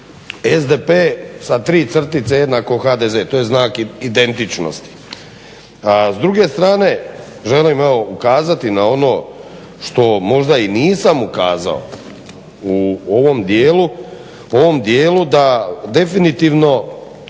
SDP sa tri crtice jednako HDZ, to je znak identičnosti. S druge strane želim evo ukazati na ono što možda i nisam ukazao u ovom dijelu, da definitivno